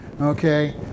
Okay